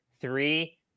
three